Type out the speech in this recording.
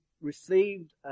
received